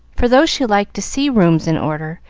for, though she liked to see rooms in order,